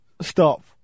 Stop